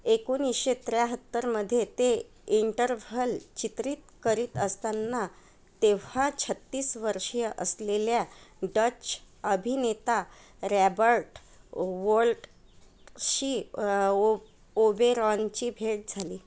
एकोणीसशे त्र्याहत्तरमध्ये ते इंटरव्हल चित्रीत करीत असताना तेव्हा छत्तीस वर्षीय असलेल्या डच अभिनेता रॅबर्ट वोल्टशी ओ ओबेरॉनची भेट झाली